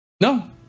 No